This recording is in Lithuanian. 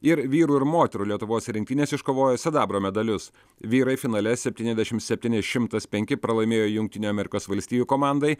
ir vyrų ir moterų lietuvos rinktinės iškovojo sidabro medalius vyrai finale septyniasdešim septyni šimtas penki pralaimėjo jungtinių amerikos valstijų komandai